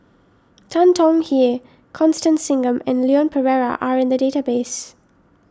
Tan Tong Hye Constance Singam and Leon Perera are in the database